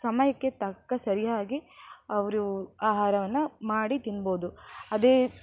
ಸಮಯಕ್ಕೆ ತಕ್ಕ ಸರಿಯಾಗಿ ಅವರು ಆಹಾರವನ್ನು ಮಾಡಿ ತಿನ್ಬೋದು ಅದೇ